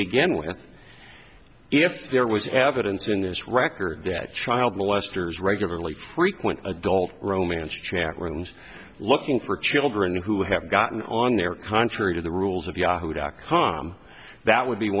begin with if there was evidence in this record that child molesters regularly frequent adult romance chat rooms looking for children who have gotten on there contrary to the rules of yahoo dot com that would be